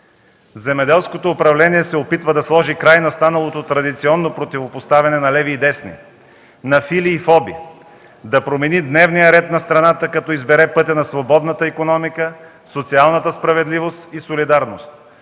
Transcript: Земеделското управление се опитва да сложи край на станалото традиционно противопоставяне на леви и десни, на -фили и -фоби, да промени дневния ред на страната, като избере пътя на свободната икономика, социалната справедливост и солидарност